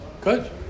Good